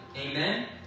Amen